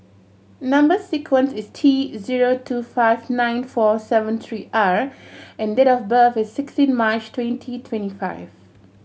number sequence is T zero two five nine four seven three R and date of birth is sixteen March twenty twenty five